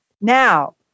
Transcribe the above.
now